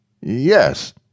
Yes